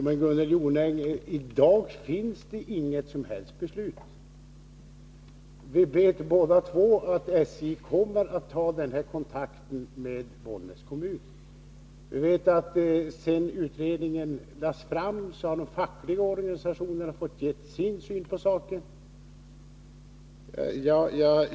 Herr talman! I dag finns det, Gunnel Jonäng, inget som helst beslut. Vi vet båda två att SJ kommer att ta denna kontakt med Bollnäs kommun och att de fackliga organisationerna, sedan utredningen lades fram, har fått ge sin syn på saken.